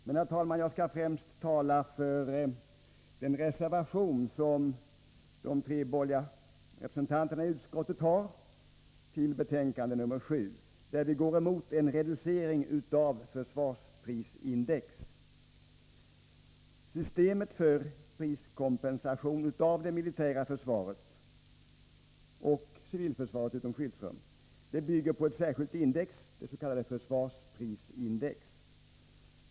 Men, herr talman, jag skulle främst tala för den reservation som representanter för de tre borgerliga partierna i försvarsutskottet har till betänkandet 7, där vi går emot en reducering av försvarsprisindex. ret utom skyddsrum bygger på ett särskilt index, det s.k. försvarsprisindex.